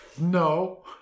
No